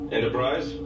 Enterprise